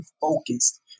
focused